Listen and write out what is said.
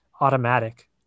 automatic